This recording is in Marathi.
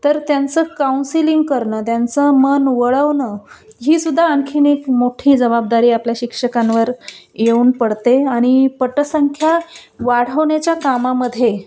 तर त्यांचं काउन्सिलिंग करणं त्यांचं मन वळवणं हीसुद्धा आणनखीन एक मोठी जबाबदारी आपल्या शिक्षकांवर येऊन पडते आणि पटसंख्या वाढवण्याच्या कामामध्ये